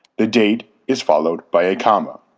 the date is followed by a comma.